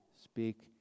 speak